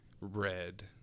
red